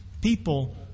people